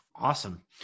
Awesome